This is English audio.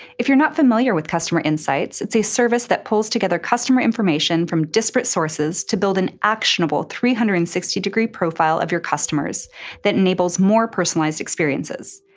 if you're not familiar with customer insights, it's a service that pulls together customer information from disparate sources to build an actionable three hundred and sixty degree profile of your customers that enables more personalized experiences.